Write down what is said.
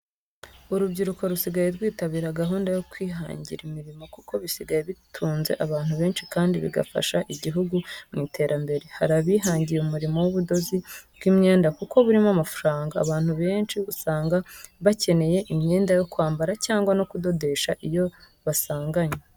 Urubyiruko rusigaye rwitabira gahunda yo kwihanjyira imirimo kuko bisigaye bitunze abantu benshi kandi bigafasha ijyihugu mu iterambere. Hari abihanjyira umurimo w'ubudozi bw'imyenda kuko burimo amafaranga .Abantu benci usanga bacyeneye imyenda yo kwambara cyangwa no kudodesha iyo basanganywe.